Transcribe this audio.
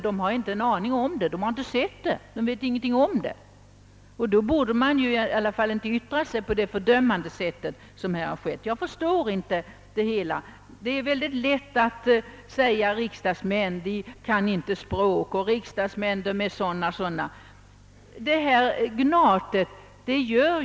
Man har inte en aning om hur det i verkligheten går till och borde följaktligen inte heller yttra sig så fördömande som man gjort. Jag förstår inte den inställning till riksdagsmännen som man här ofta möter. Man anmärker på att riksdagsmännen inte kan språk och på deras egenskaper i övrigt.